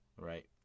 right